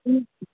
ह्म्